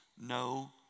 no